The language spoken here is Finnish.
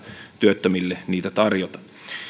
työttömille niitä tarjota